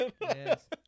Yes